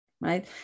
right